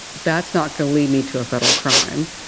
that's not going to lead me to a federal crime,